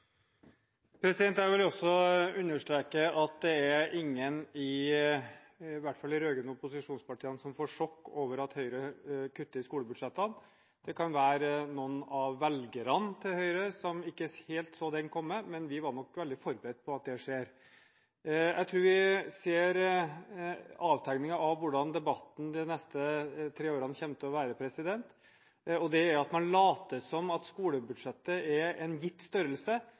tillegg. Jeg vil også understreke at det er ingen, i hvert fall ikke i de rød-grønne opposisjonspartiene, som får sjokk over at Høyre kutter i skolebudsjettene. Det kan være at noen av velgerne til Høyre ikke helt så den komme, men vi var nok veldig forberedt på at det ville skje. Jeg tror vi ser avtegningen av hvordan debatten de neste tre årene kommer til å være. Det gjør at man later som at skolebudsjettet er en gitt størrelse,